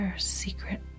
secret